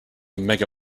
mega